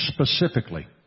Specifically